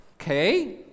okay